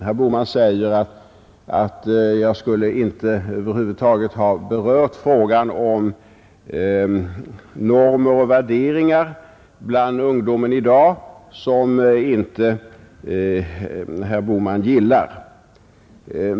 Han säger nämligen att jag över huvud taget inte har berört frågan om normer och värderingar bland den ungdom som han själv inte gillar.